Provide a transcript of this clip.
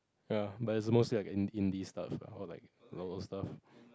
ya but its mostly like a indi indi stuff or like local stuff